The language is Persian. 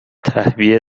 تهویه